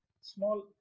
small